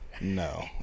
No